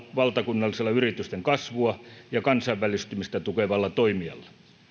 valtakunnallisella yritysten kasvua ja kansainvälistymistä tukevalla toimijalla